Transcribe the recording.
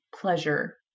pleasure